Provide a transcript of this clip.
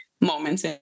moments